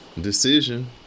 decision